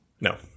no